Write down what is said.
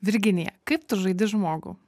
virginija kaip tu žaidi žmogų